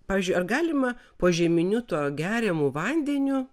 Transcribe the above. pavyzdžiui ar galima požeminiu tuo geriamu vandeniu